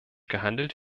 gehandelt